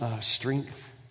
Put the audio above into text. strength